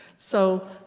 so